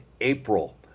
April